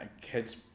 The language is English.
Kids